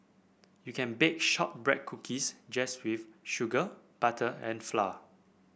you can bake shortbread cookies just with sugar butter and flour